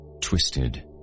twisted